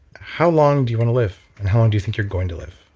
how long do you want to live and how long do you think you're going to live?